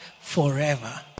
forever